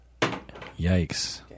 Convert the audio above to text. Yikes